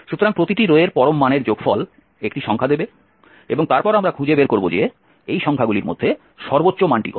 সুতরাং প্রতিটি রো এর পরম মানের যোগফল একটি সংখ্যা দেবে এবং তারপর আমরা খুঁজে বের করব যে এই সংখ্যাগুলির মধ্যে সর্বোচ্চ মানটি কত